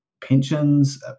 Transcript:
pensions